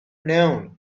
known